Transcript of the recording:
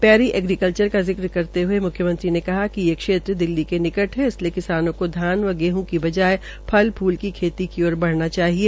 पैरी agriculture का जिक्र करते हये म्ख्यमंत्री ने कहा कि ये क्षेत्र दिल्ली के निकट है इसलिए किसानों को धान व गेहं की बजाय फल फूल की खेती की ओर बढ़ना चाहिए